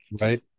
Right